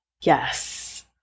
Yes